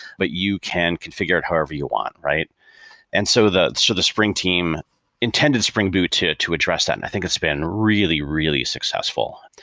but you can configure it however you want. and so the so the spring team intended spring boot to to address that. and i think that's been really, really successful.